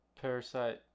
Parasite